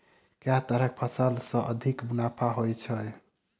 केँ तरहक फसल सऽ अधिक मुनाफा होइ छै?